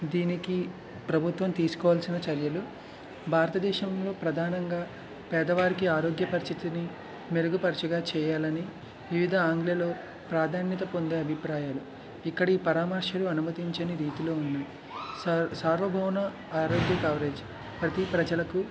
దీనికి ప్రభుత్వం తీసుకోవాల్సిన చర్యలు భారతదేశంలో ప్రధానంగా పేదవారికి ఆరోగ్య పరిస్థితిని మెరుగుపరచగా చేయాలని వివిధ ఆంగ్లలో ప్రాధాన్యత పొందే అభిప్రాయాలు ఇక్కడ ఈ పరామర్శలు అనుమతించని రీతిలో ఉన్నయ్ సార్వభౌమన ఆరోగ్య కవరేజ్ ప్రతి ప్రజలకు